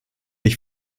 ich